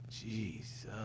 Jesus